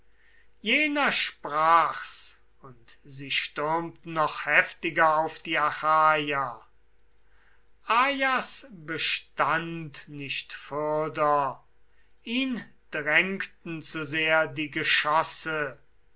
jener sprach's und sie stürmten noch heftiger auf die achaier ajas bestand nicht fürder ihn drängten zu sehr die geschosse